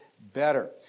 better